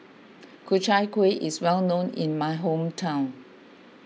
Ku Chai Kuih is well known in my hometown